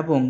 এবং